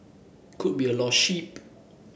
could be a lost sheep